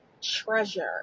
treasure